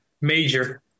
Major